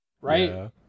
right